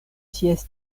ties